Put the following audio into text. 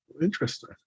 Interesting